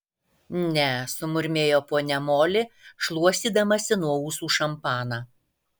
ne sumurmėjo ponia moli šluostydamasi nuo ūsų šampaną